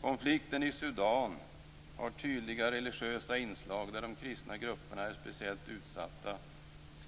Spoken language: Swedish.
Konflikten i Sudan har tydliga religiösa inslag där de kristna grupperna är speciellt utsatta,